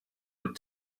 but